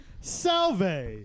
Salve